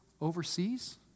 overseas